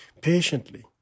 Patiently